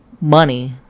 money